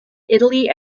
italy